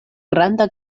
granda